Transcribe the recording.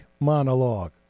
monologue